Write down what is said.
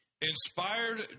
inspired